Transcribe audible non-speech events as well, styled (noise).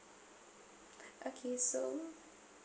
(breath) okay so